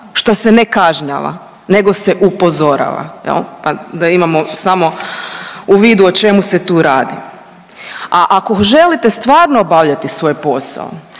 šta se ne kažnjava nego se upozorava, jel pa da imamo samo u vidu o čemu se tu radi. A ako želite stvarno obavljati svoj posao,